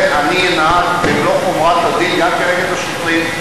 אני אנהג במלוא חומרת הדין גם כנגד השוטרים,